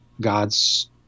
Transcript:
God's